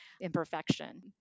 imperfection